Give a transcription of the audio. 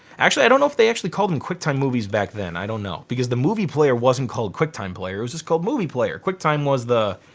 actually i don't know if they actually called them quicktime movies back then, i don't know. because the movie player wasn't called quicktime player. it was just called movie player. quicktime was the,